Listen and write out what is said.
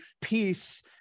Peace